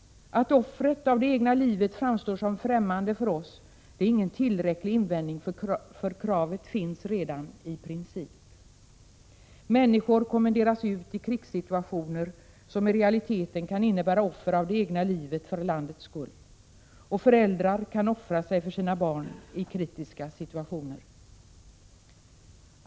Att offret av det egna livet framstår som främmande för oss är ingen tillräcklig invändning, för kravet finns redan i princip. Människor kommenderas ut i krigssituationer som i realiteten kan innebära offer av det egna livet för landets skull. Föräldrar kan offra sig för sina barn i kritiska situationer.